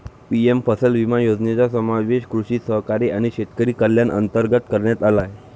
PM फसल विमा योजनेचा समावेश कृषी सहकारी आणि शेतकरी कल्याण अंतर्गत करण्यात आला आहे